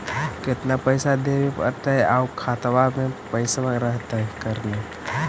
केतना पैसा देबे पड़तै आउ खातबा में पैसबा रहतै करने?